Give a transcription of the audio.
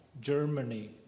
Germany